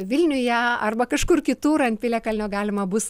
vilniuje arba kažkur kitur ant piliakalnio galima bus